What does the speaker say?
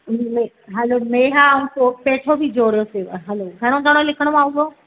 हलो मेहा ऐं पेठो बि जोड़ियोसीं हलो घणो घणो लिखणो आहे हुअ